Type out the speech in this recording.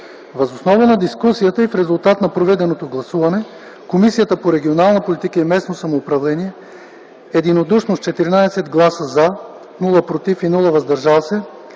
Въз основа на дискусията и в резултат на проведеното гласуване, Комисията по регионална политика и местно самоуправление единодушно с 14 гласа „за”, без „против” и „въздържали се”